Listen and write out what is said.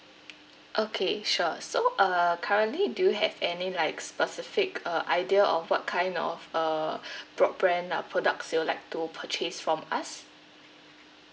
okay sure so uh currently do you have any like specific uh idea of what kind of uh broadband uh products you'd like to purchase from us